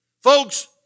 Folks